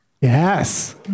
Yes